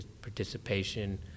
Participation